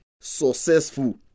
successful